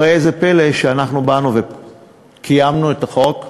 ראה זה פלא, אנחנו באנו וקיימנו את החוק,